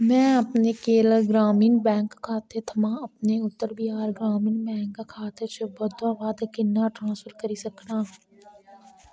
में अपने केरल ग्रामीण बैंक खाते थमां अपने उत्तर बिहार ग्रामीण बैंक खाते च बद्धोबद्ध किन्ना ट्रांसफर करी सकनां